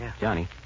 Johnny